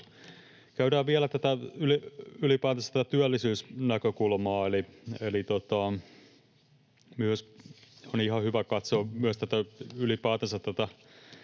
Käydään vielä ylipäätänsä tätä työllisyysnäkökulmaa. Eli myös on ihan hyvä katsoa ylipäätänsä tätä,